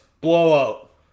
Blowout